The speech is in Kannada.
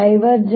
ABB